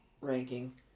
ranking